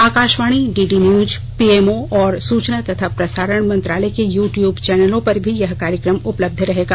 Akashvani D D news P M O और सूचना तथा प्रसारण मंत्रालय के यू ट्यूब चैनलों पर भी यह कार्यक्रम उपलब्ध रहेगा